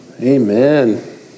Amen